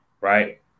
right